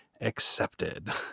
accepted